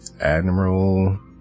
admiral